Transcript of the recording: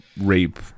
rape